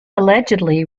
allegedly